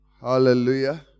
Hallelujah